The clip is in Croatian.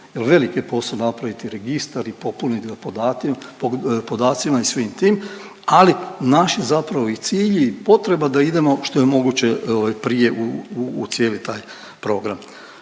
velik je posao napraviti registar i popunit ga podacima i svim tim. Ali naš je zapravo i cilj i potreba da idemo što je moguće prije u cijeli taj program.